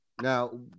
Now